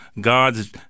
God's